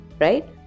right